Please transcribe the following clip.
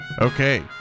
Okay